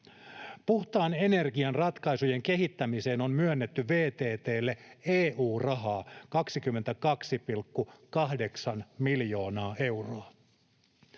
Puhtaan energian ratkaisujen kehittämiseen on myönnetty VTT:lle EU-rahaa 22,8 miljoonaa euroa.